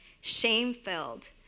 shame-filled